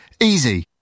Easy